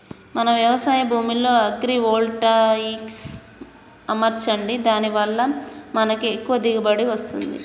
మన వ్యవసాయ భూమిలో అగ్రివోల్టాయిక్స్ అమర్చండి దాని వాళ్ళ మనకి ఎక్కువ దిగువబడి వస్తుంది